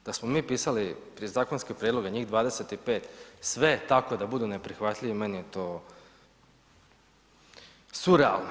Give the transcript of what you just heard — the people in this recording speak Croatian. Da smo mi pisali prije zakonske prijedloge, njih 25 sve tako da budu neprihvatljivi meni je to surealno.